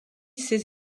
ses